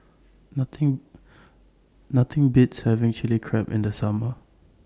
Nothing Nothing Beats having Chilli Crab in The Summer